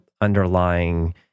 underlying